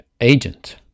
agent